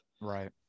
Right